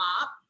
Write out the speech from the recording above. up